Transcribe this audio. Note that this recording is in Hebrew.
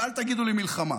ואל תגידו לי "מלחמה"